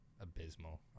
abysmal